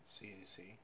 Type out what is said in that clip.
cdc